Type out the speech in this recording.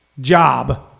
job